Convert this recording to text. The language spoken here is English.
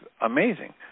amazing